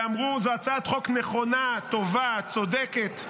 ואמרו, זו הצעת חוק נכונה, טובה, צודקת,